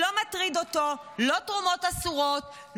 לא מטרידות אותו תרומות אסורות,